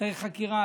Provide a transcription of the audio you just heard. צריך חקירה,